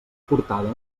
aportada